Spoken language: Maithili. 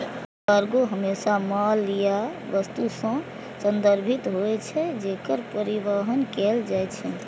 कार्गो हमेशा माल या वस्तु सं संदर्भित होइ छै, जेकर परिवहन कैल जाइ छै